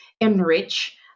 enrich